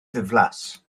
ddiflas